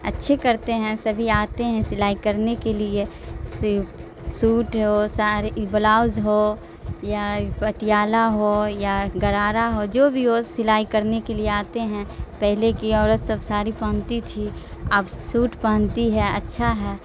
اچھے کرتے ہیں سبھی آتے ہیں سلائی کرنے کے لیے سوٹ ہو ساری بلاؤز ہو یا پٹیالہ ہو یا گرارا ہو جو بھی ہو سلائی کرنے کے لیے آتے ہیں پہلے کی عورت سب ساڑی پہنتی تھی اب سوٹ پہنتی ہے اچھا ہے